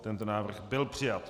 Tento návrh byl přijat.